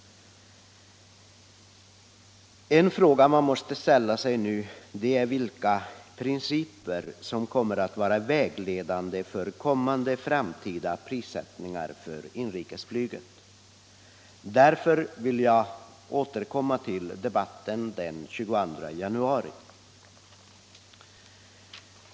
En fråga som man måste ställa sig nu är vilka principer som kommer att vara vägledande för kommande prissättningar för inrikesflyget. Därför vill jag återkomma till debatten den 22 januari.